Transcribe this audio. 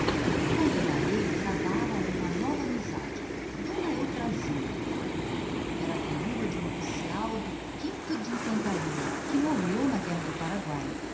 na ponta dareia travara uma nova amizade d eufrasinha viúva de um oficial do quinto de infantaria batalhão que morreu todo na guerra do paraguai